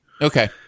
Okay